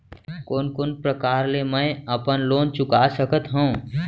कोन कोन प्रकार ले मैं अपन लोन चुका सकत हँव?